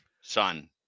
son